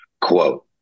Quote